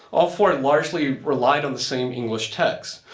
all four largely relied on the same english text.